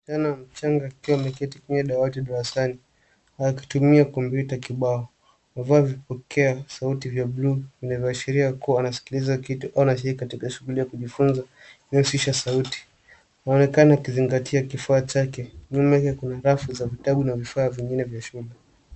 Kijani mchanga akiwa ameketi kwenye dawati darasani akitumia kompyuta kibao. Amevaa vipokea sauti vya buluu inaashiria anasikiliza kitu kwenye shughuli ya kujifunza inayohusisha sauti. Inaonekana akizingatia kifaa chake nyuma yake kuna rafu za vitabu na vifaa vingine vya shule.